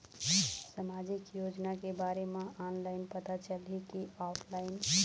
सामाजिक योजना के बारे मा ऑनलाइन पता चलही की ऑफलाइन?